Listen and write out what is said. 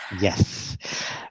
Yes